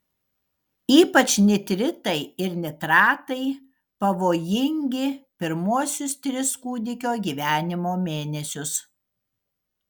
ypač nitritai ir nitratai pavojingi pirmuosius tris kūdikio gyvenimo mėnesius